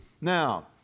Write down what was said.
Now